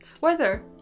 weather